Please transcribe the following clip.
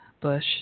Bush